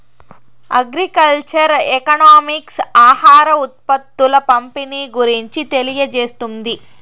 agriculture economics ఆహార ఉత్పత్తుల పంపిణీ గురించి తెలియజేస్తుంది